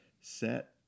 set